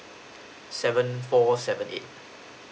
seven four seven eight